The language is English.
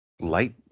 light